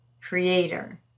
creator